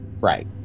right